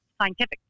scientific